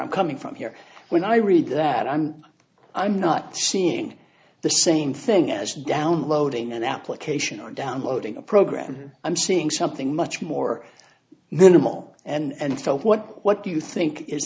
i'm coming from here when i read that i'm i'm not seeing the same thing as downloading an application or downloading a program i'm seeing something much more minimal and still what what do you think is